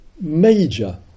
major